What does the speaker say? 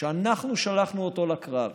שאנחנו שלחנו אותו לקרב,